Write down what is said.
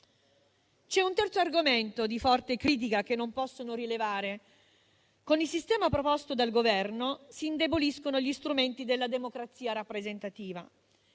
poi un terzo argomento di forte critica che non posso non rilevare. Con il sistema proposto dal Governo si indeboliscono gli strumenti della democrazia rappresentativa,